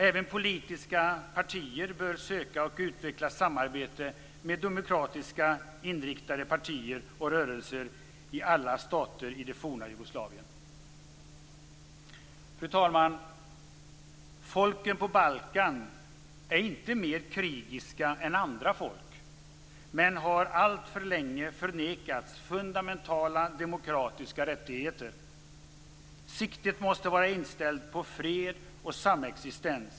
Även politiska partier bör söka och utveckla samarbete med demokratiskt inriktade partier och rörelser i alla stater i det forna Jugoslavien. Fru talman! Folken på Balkan är inte mer krigiska än andra folk men har alltför länge förnekats fundamentala demokratiska rättigheter. Siktet måste vara inställt på fred och samexistens.